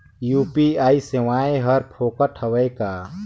UPI सेवाएं हर फोकट हवय का?